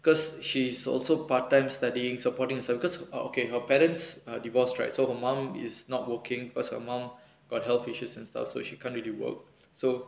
because she's also part time studying supporting herself because err okay her parents are divorced right so her mum is not working because her mum got health issues and stuff so she can't really work so